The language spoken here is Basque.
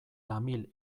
tamil